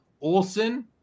Olson